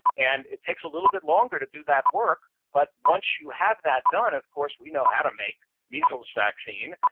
and it takes a little bit longer to do that work, but once you have that done, of course, we know how to make measles vaccine.